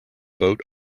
boat